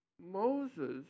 Moses